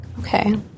Okay